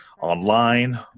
online